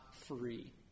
free